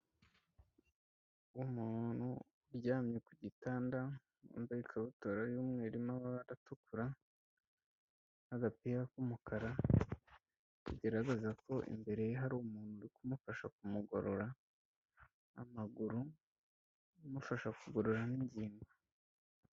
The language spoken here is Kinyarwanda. Umuntu uryamye ku gitanda, wambaye ikakabutura y'umweru irimo amabara atukura, n'agapira k'umukara, bigaragaza ko imbere ye hari umuntu uri kumufasha kumugorora amaguru, amufasha kugorora n'ingingo.